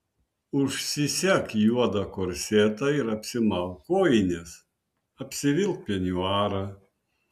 užsisek juodą korsetą ir apsimauk kojines apsivilk peniuarą